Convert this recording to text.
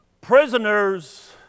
Prisoners